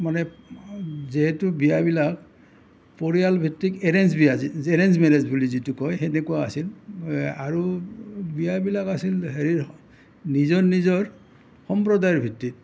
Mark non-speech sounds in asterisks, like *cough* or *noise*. মানে যিহেতু বিয়াবিলাক পৰিয়াল ভিত্তিক এৰেঞ্জ বিয়া যি *unintelligible* এৰেঞ্জ মেৰেজ বুলি যিটো কয় সেনেকুৱা আছিল আৰু বিয়াবিলাক আছিল হেৰিৰ নিজৰ নিজৰ সম্প্ৰদায়ৰ ভিত্তিত